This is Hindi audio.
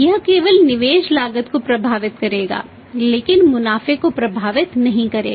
यह केवल निवेश लागत को प्रभावित करेगा लेकिन मुनाफे को प्रभावित नहीं करेगा